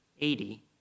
eighty